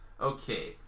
Okay